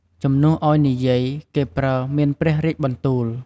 ជំនួសឲ្យ និយាយ គេប្រើ មានព្រះរាជបន្ទូល។